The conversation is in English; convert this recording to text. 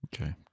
Okay